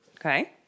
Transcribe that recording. okay